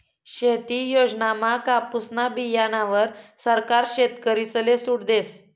शेती योजनामा कापुसना बीयाणावर सरकार शेतकरीसले सूट देस